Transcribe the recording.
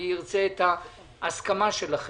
אני ארצה את ההסכמה שלכם.